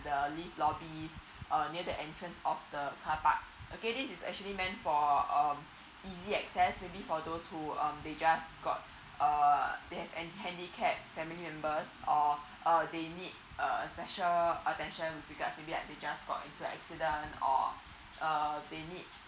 the lift lobby uh near the entrance of the carpark okay this is actually main for um easy access maybe for those who um they just got uh there have an handicap family members or uh they need uh special attention regards maybe they're just got into accident or uh they need